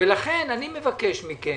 לכן אני מבקש מכם